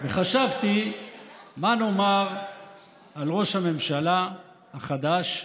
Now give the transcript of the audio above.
חשבתי מה לומר על ראש הממשלה החדש,